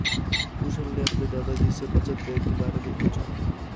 कुशल ने अपने दादा जी से बचत बैंक के बारे में पूछा